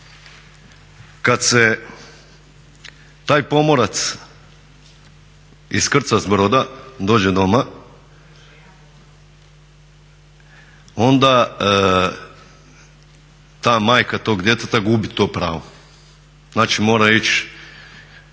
Kad se taj pomorac iskrca s broda dođe doma onda ta majka tog djeteta gubi to pravo. Znači, mora ići